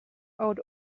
out